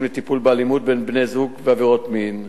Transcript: לטיפול באלימות בין בני-זוג ועבירות מין.